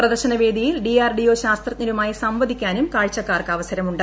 പ്രപ്പദർശന വേദിയിൽ D R D O ശാസ്ത്രജ്ഞരുമായി സംവിദിക്കാനും കാഴ്ചക്കാർക്ക് അവസരമുണ്ട്